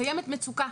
קיימת מצוקה.